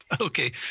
Okay